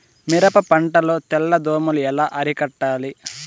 మిరప పంట లో తెల్ల దోమలు ఎలా అరికట్టాలి?